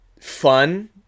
fun